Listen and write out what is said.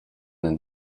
then